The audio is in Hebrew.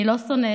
אני לא שונאת,